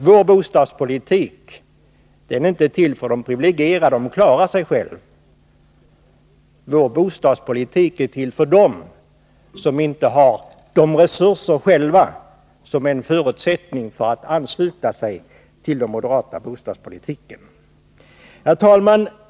Vår bostadspolitik är inte till för de privilegierade, de klarar sig själva. Vår bostadspolitik är till för dem som inte själva har de resurser som är en förutsättning för att ansluta sig till den moderata bostadspolitiken. Herr talman!